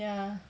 ya